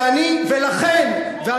ואני, ולכן, כמו מה?